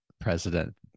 president